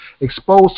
exposed